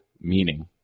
meaning